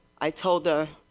i told her,